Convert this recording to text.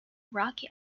rocky